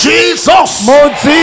Jesus